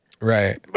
Right